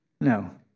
No